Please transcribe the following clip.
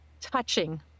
touching